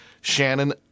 Shannon